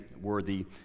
worthy